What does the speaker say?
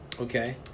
Okay